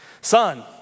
son